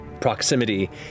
proximity